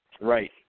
Right